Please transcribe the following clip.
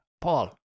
Paul